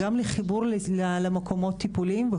גם לחיבור למקומות טיפוליים,